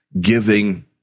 giving